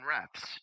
reps